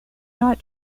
not